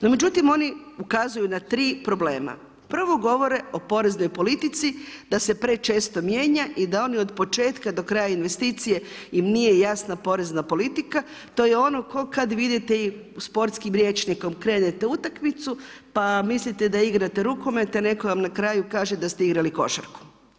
No međutim, oni ukazuju na tri problema. prvo govore o poreznoj politici da se prečesto mijenja i da oni od početka do kraja investicije im nije jasna porezna politika, to je ono kao kad vidite sportskim rječnikom krenete u utakmicu, pa mislite da igrate rukomet a netko vam na kraju kaže da ste igrali košarku.